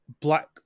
black